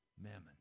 mammon